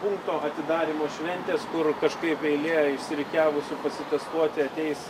punkto atidarymo šventės kur kažkaip eilė išsirikiavusių pasitestuoti ateis